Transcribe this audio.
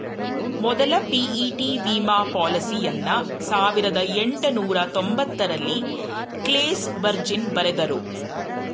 ಮೊದ್ಲ ಪಿ.ಇ.ಟಿ ವಿಮಾ ಪಾಲಿಸಿಯನ್ನ ಸಾವಿರದ ಎಂಟುನೂರ ತೊಂಬತ್ತರಲ್ಲಿ ಕ್ಲೇಸ್ ವರ್ಜಿನ್ ಬರೆದ್ರು